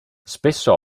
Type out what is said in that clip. spesso